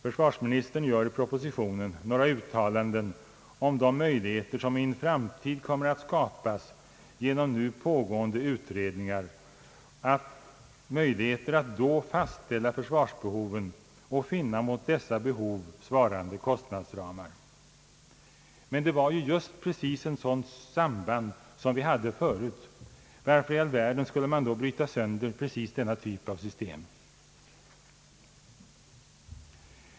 Försvarsministern gör i propositionen några uttalanden om de möjligheter som i en framtid kommer att skapas genom nu pågående utredningar att fastställa försvarsbeho ven och finna mot dessa behov svarande kostnadsramar. Men det var precis ett sådant samband som vi hade förut. Varför i all världen skulle man bryta sönder just denna typ av system?